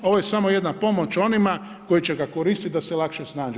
Ovo je samo jedna pomoć onima koji će ga koristiti da se lakše snađu.